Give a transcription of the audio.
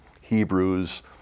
Hebrews